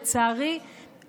לצערי,